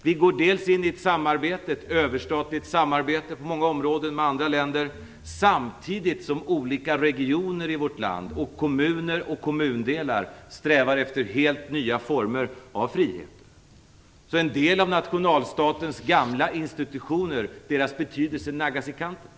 Vi går dels in i ett överstatligt samarbete på många områden med andra länder, samtidigt som olika regioner i vårt land och kommuner och kommundelar strävar efter helt nya former av frihet. En del av den gamla nationalstatens institutioner får se sin betydelse naggad i kanten.